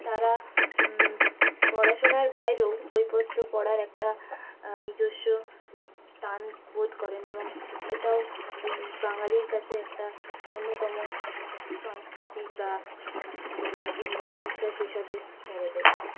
তারা পড়াশোনার বাইরেও বইপত্র পড়ার একটা নিজস্ব টান বোধ করেন এবং এটাও বাঙ্গালির কাছে একটা অন্যতম সংস্কৃতি বা বিশ্বাস হিসাবে ধরা যায়